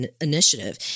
Initiative